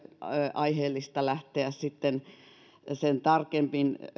aiheellista lähteä sen tarkemmin